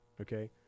okay